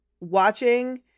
watching